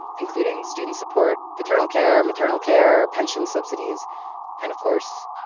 including student support, paternal care, maternal care, pension subsidies and, of course,